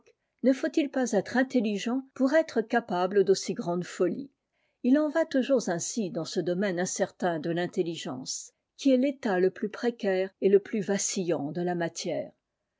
ne faut-il pas être intelligent pour être capable d'aussi grandes folies il en va toujours ainsi dans ce domaine incertain de tintelligence qui est l'état le plua précaire et le plus vacillant de la matière